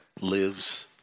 lives